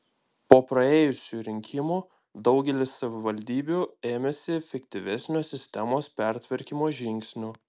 po praėjusių rinkimų daugelis savivaldybių ėmėsi efektyvesnio sistemos pertvarkymo žingsnių